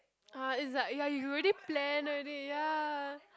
ah is like ya you already plan already ya